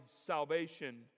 salvation